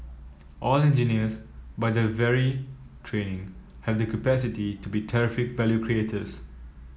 all engineers by their very training have the capacity to be terrific value creators